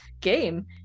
game